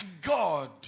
God